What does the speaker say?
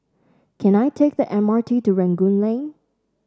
can I take the M R T to Rangoon Lane